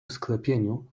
sklepieniu